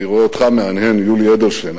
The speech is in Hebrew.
אני רואה אותך מהנהן, יולי אדלשטיין.